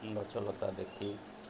ଗଛଲତା ଦେଖି